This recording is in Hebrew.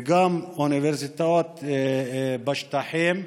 וגם של אוניברסיטאות בשטחים,